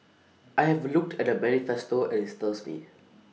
I have looked at the manifesto and IT stirs me